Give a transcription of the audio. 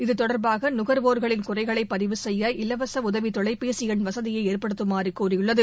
இது தொடர்பாக நுகர்வோர்களின் குறைகளை பதிவு செய்ய இலவச உதவி தொலைபேசி எண் வசதியை ஏற்படுத்தமாறு கோரியுள்ளது